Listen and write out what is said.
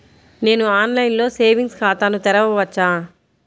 నేను ఆన్లైన్లో సేవింగ్స్ ఖాతాను తెరవవచ్చా?